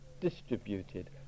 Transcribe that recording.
distributed